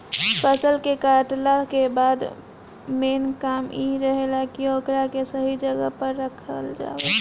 फसल के कातला के बाद मेन काम इ रहेला की ओकरा के सही जगह पर राखल जाव